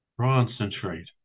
Concentrate